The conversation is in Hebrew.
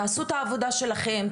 תעשו את העבודה שלכם,